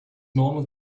normal